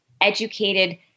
educated